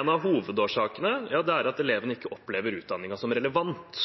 En av hovedårsakene er at elevene ikke opplever utdanningen som relevant.